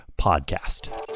podcast